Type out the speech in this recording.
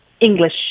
English